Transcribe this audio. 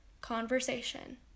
conversation